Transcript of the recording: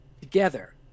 Together